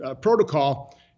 protocol